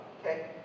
okay